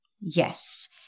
yes